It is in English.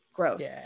gross